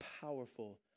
powerful